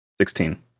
Sixteen